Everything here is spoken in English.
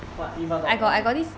but if I got I got